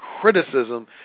criticism